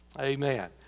Amen